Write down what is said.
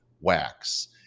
Wax